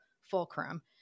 fulcrum